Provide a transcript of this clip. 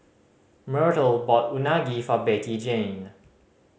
Myrtle bought Unagi for Bettyjane